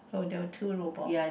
oh there were two robots